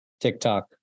TikTok